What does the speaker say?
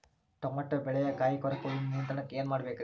Tomato ಬೆಳೆಯ ಕಾಯಿ ಕೊರಕ ಹುಳುವಿನ ನಿಯಂತ್ರಣಕ್ಕ ಏನ್ ಮಾಡಬೇಕ್ರಿ?